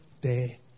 day